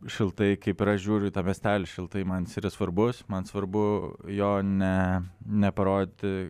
šiltai kaip ir aš žiūriu į tą miestelį šiltai man jis yra svarbus man svarbu jo ne neparodyti